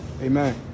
Amen